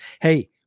hey